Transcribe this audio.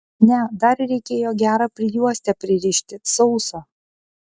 ne dar reikėjo gerą prijuostę pririšti sausą